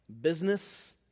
business